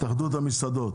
להתאחדות המסעדות.